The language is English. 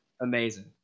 amazing